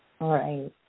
Right